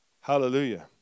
Hallelujah